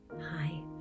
Hi